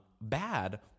Bad